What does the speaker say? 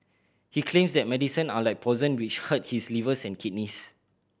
he claims that medicine are like poison which hurt his livers and kidneys